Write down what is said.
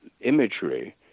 imagery